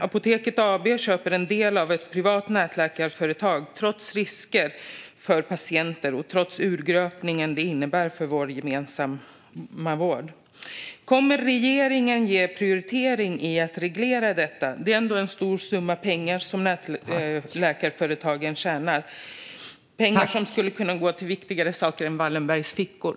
Apoteket AB köper en del av ett privat nätläkarföretag, trots risker för patienter och trots urgröpningen det innebär för vår gemensamma vård. Kommer regeringen att prioritera en reglering av detta? Det är ändå en stor summa pengar nätläkarföretagen tjänar. Det är pengar som skulle kunna gå till viktigare saker än Wallenbergs fickor.